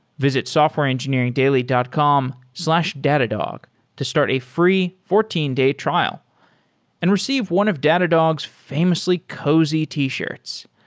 visit softwareengineeringdaily dot com slash datadog to start a free fourteen day trial and receive one of datadog's famously cozy t-shirts.